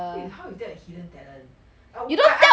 wait how is that a hidden talent oh I know